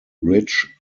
ridge